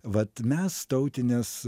vat mes tautinės